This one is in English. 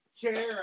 chair